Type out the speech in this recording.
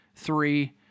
Three